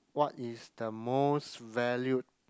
what is the most valued